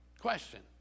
Question